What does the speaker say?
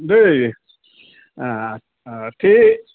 দেই অঁ ঠিক